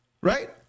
right